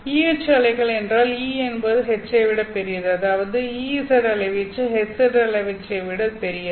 EH அலைகள் என்றால் E என்பது H ஐ விட பெரியது அதாவது Ez அலைவீச்சு Hz அலைவீச்சை விட பெரியது